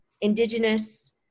indigenous